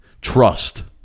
Trust